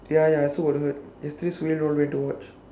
ya ya so whatever is this to watch